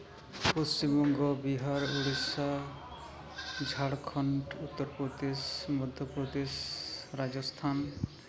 Paschimbanga Bihar Orissa Jharkhand Uttar Pradesh Madhya Pradesh Rajasthan